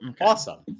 awesome